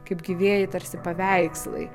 kaip gyvieji tarsi paveikslai